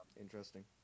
Interesting